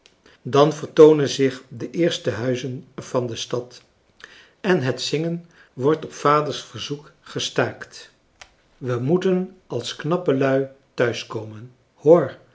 dan vertoonen zich de eerste huizen van de stad en het zingen wordt op vaders verzoek gestaakt we moeten als knappe lui thuis komen hoor